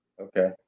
Okay